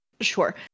Sure